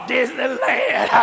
Disneyland